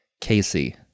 Casey